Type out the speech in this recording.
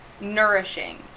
nourishing